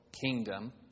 kingdom